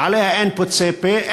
ועליה אין פוצה פה,